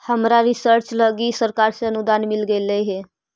हमरा रिसर्च लागी सरकार से अनुदान मिल गेलई हे